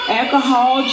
alcohol